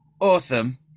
awesome